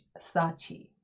sachi